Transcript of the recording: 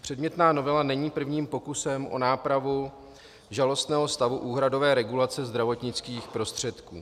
Předmětná novela není prvním pokusem o nápravu žalostného stavu úhradové regulace zdravotnických prostředků.